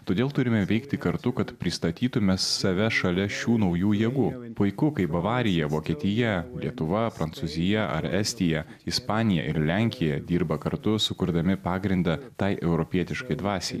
todėl turime veikti kartu kad pristatytume save šalia šių naujų jėgų puiku kaip bavarija vokietija lietuva prancūzija ar estija ispanija ir lenkija dirba kartu sukurdami pagrindą tai europietiškai dvasiai